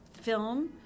film